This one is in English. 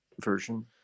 version